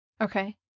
Okay